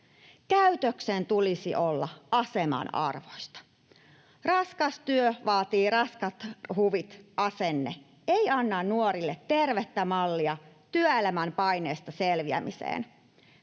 Käytöksen tulisi olla aseman arvoista. Raskas työ vaatii raskaat huvit ‑asenne ei anna nuorille tervettä mallia työelämän paineista selviämiseen,